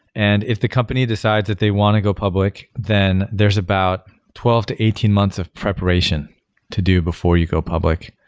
and if the company decides that they want to go public, then there's about twelve to eighteen months of preparation to do before you go public.